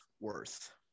worth